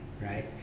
right